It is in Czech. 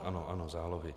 Ano, ano, zálohy.